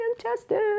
fantastic